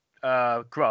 Grub